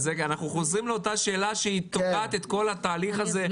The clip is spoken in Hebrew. אנחנו חוזרים לאותה שאלה שהיא תוקעת את כל התהליך הזה.